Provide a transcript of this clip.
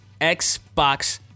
Xbox